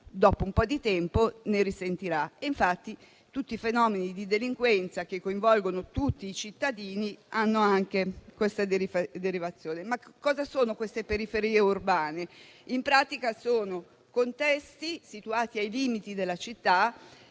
dopo un po' di tempo, ne risentirà. Infatti, tutti i fenomeni di delinquenza, che coinvolgono tutti i cittadini, hanno anche questa derivazione. Ma cosa sono le periferie urbane? In pratica, sono contesti situati ai limiti della città,